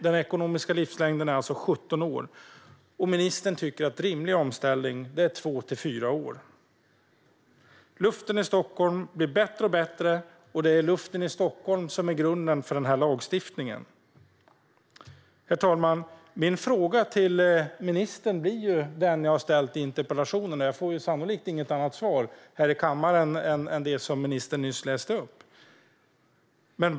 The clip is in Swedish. Den ekonomiska livslängden är som sagt 17 år, och ministern tycker att en rimlig omställningstid är två till fyra år. Luften i Stockholm blir bättre och bättre, och det är luften i Stockholm som är grunden för denna lagstiftning. Herr talman! Min fråga till ministern blir den som jag har ställt i interpellationen. Jag får sannolikt inget annat svar här i kammaren än det som ministern gav nyss.